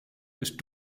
ist